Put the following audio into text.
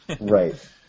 Right